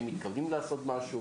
האם מתכוונים לעשות משהו?